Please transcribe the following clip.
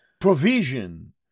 provision